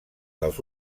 dels